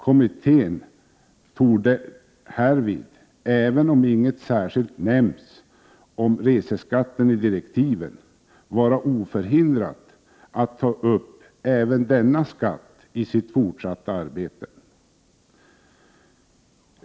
Kommittén torde härvid, även om inget särskilt nämns om reseskatten i direktiven, vara oförhindrad att ta upp även denna skatt i sitt fortsatta arbete.